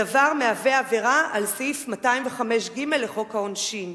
הדבר מהווה עבירה על סעיף 205ג לחוק העונשין.